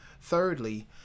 Thirdly